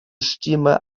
stimme